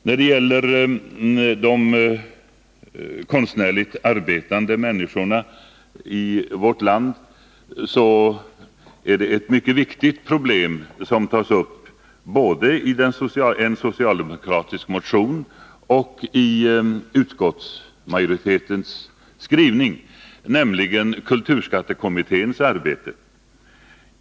Vad beträffar de konstnärligt arbetande människorna i vårt land är det ett mycket viktigt problem som tas upp både i en socialdemokratisk motion och i utskottsmajoritetens skrivning, nämligen kulturskattekommitténs arbete.